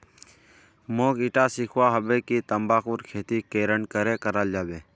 मोक ईटा सीखवा हबे कि तंबाकूर खेती केरन करें कराल जाबे